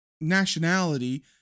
nationality